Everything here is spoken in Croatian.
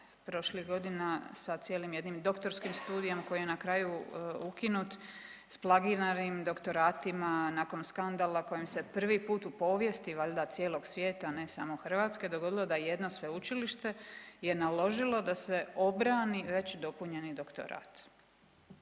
prošlih godina sa cijelim jednim doktorskim studijem koji je na kraju ukinut s plagiranim doktoratima nakon skandala kojim se prvi put u povijesti valjda cijelog svijeta ne samo Hrvatske dogodilo da jedno sveučilište je naložilo da se obrani već dopunjeni doktorat,